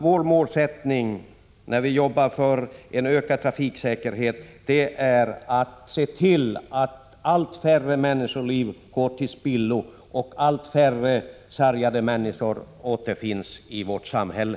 Vår målsättning när vi jobbar för en ökad trafiksäkerhet är ändå att se till att allt färre människoliv går till spillo och att allt färre sargade människor återfinns i vårt samhälle.